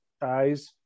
ties